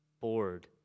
bored